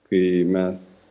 kai mes